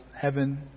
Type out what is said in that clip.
heaven